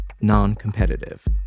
non-competitive